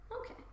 Okay